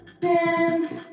dance